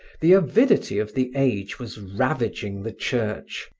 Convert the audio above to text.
the avidity of the age was ravaging the church,